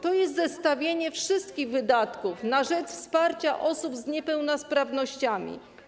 To jest zestawienie wszystkich wydatków na rzecz wsparcia osób z niepełnosprawnościami.